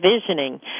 Visioning